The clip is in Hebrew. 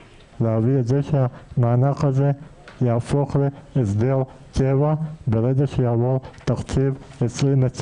שהמענק הזה יהפוך להסדר קבע ברגע שיעבור תקציב 2020,